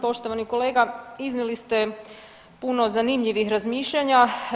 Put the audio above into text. Poštovani kolega iznijeli ste puno zanimljivih razmišljanja.